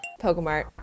PokeMart